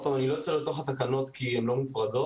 אני לא צולל אל תוך התקנות כי הן לא מופרדות